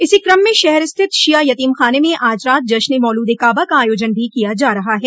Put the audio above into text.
इसी क्रम में शहर स्थित शिया यतीमखाने में आज रात जश्न ए मौलूद ए काबा का आयोजन भी किया जा रहा है